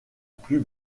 plus